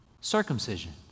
circumcision